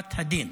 חומרת הדין.